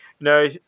no